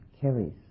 carries